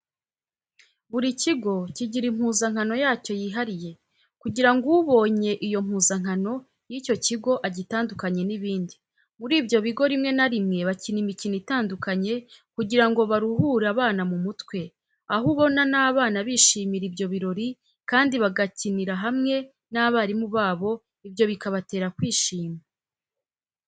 Buri kigo kigira impuzankano yacyo yihariye kugira ngo ubonye iyo mpuzankano y'icyo kigo agitandukanye n'ibindi, muri ibyo bigo rimwe na rimwe bakina imikino itandukanye kugira ngo baruhure abana mu mutwe, aho ubona n'abana bishimira ibyo birori kandi bagakinira hamwe n'abarimu babo, ibyo bikabatera kwishima.